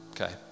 Okay